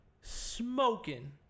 Smoking